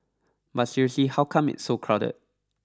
but seriously how come it's so crowded